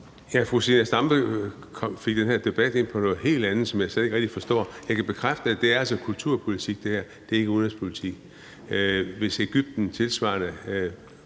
Fru Zenia Stampe fik jo den her debat sporet ind på noget helt andet, som jeg slet ikke rigtig forstår. Jeg kan bekræfte, at det her altså er kulturpolitik; det er ikke udenrigspolitik. Hvis Egypten tilsvarende